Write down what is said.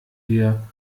wir